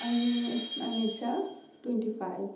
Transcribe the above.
आंनि आंनि एजआ टुइन्टि फाइभ